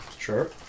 Sure